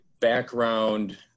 background